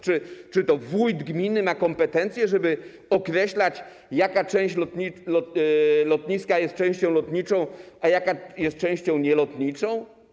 Czy wójt gminy ma kompetencje, żeby określać, jaka część lotniska jest częścią lotniczą, a jaka jest częścią nielotniczą?